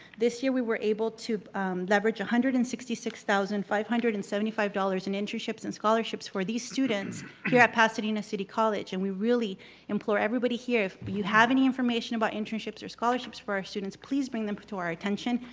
this year we were able to leverage one hundred and sixty six thousand five hundred and seventy five dollars in internships and scholarships where these students here at pasadena city college and we really implore everybody here. if but you have any information about internships or scholarships for our students, please bring them for our attention.